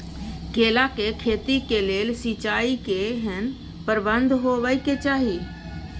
केला के खेती के लेल सिंचाई के केहेन प्रबंध होबय के चाही?